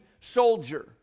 soldier